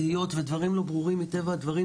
תהיות ודברים לא ברורים מטבע הדברים,